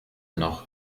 noch